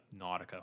Nautica